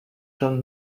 john